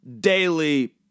daily